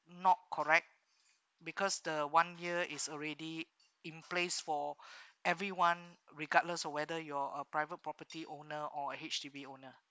not correct because the one year is already in place for everyone regardless or whether you're a private property owner or a H_D_B owner